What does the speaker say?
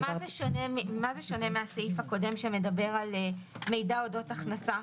במה זה שונה מן הסעיף הקודם שמדבר על מידע אודות הכנסה?